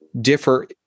differ